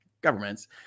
governments